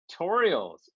tutorials